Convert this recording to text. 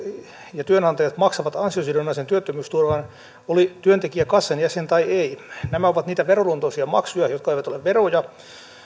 ja työnantajat maksavat ansiosidonnaisen työttömyysturvan oli työntekijä kassan jäsen tai ei nämä ovat niitä veroluontoisia maksuja jotka eivät ole veroja